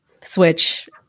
switch